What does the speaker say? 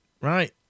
Right